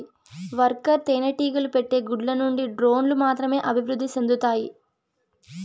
worker తేనెటీగలు పెట్టే గుడ్ల నుండి డ్రోన్లు మాత్రమే అభివృద్ధి సెందుతాయి